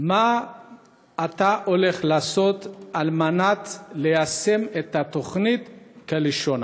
מה אתה הולך לעשות כדי ליישם את התוכנית כלשונה.